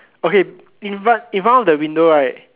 okay in front in front of the window right